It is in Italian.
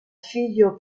figlio